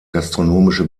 gastronomische